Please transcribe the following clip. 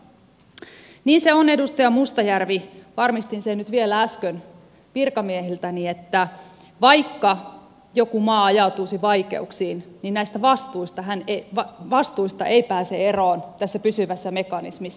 niin se on edustaja mustajärvi varmistin sen nyt vielä äsken virkamiehiltäni että vaikka joku maa ajautuisi vaikeuksiin niin näistä vastuista se ei pääse eroon tässä pysyvässä mekanismissa